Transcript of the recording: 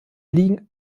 liegen